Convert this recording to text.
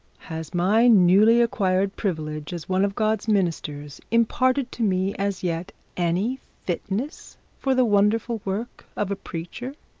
has my newly acquired privileges, as one of god's ministers, imparted to me as yet any fitness for the wonderful work of a preacher?